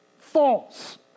false